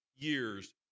Years